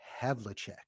Havlicek